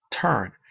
turn